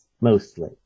mostly